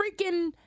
freaking